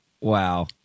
Wow